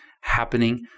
happening